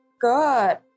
Good